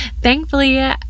thankfully